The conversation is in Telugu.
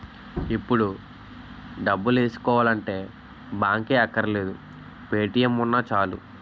ఇప్పుడు డబ్బులేసుకోవాలంటే బాంకే అక్కర్లేదు పే.టి.ఎం ఉన్నా చాలు